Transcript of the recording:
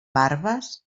barbes